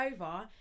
over